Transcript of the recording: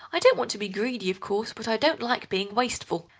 i don't want to be greedy, of course, but i don't like being wasteful.